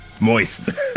Moist